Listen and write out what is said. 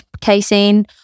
casein